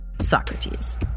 Socrates